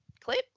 clip